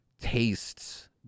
tastes